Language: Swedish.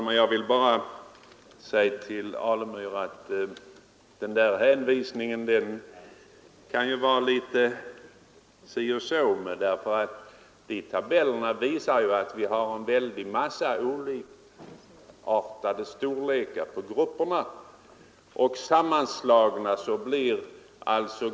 Herr talman! Herr Alemyr hänvisade här till bilagorna i ett annat utskottsbetänkande, men tabellerna där visar ju bara att vi har en mycket stor variation på klassernas storlek.